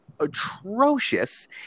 atrocious